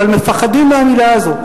אבל מפחדים מהמלה הזאת.